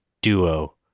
duo